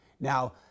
Now